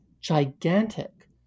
gigantic